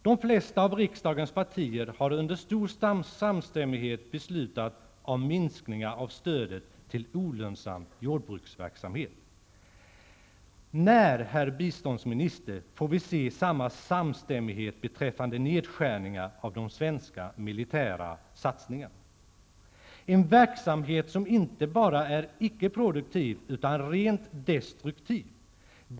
De flesta av riksdagens partier har under stor samstämmighet beslutat om minskningar av stödet till olönsam jordbruksverksamhet. När, herr biståndsminister, får vi se samma samstämmighet beträffande nedskärningar av de svenska militära satsningarna? Det är en verksamhet som inte bara är icke produktiv utan rent destruktiv.